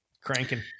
cranking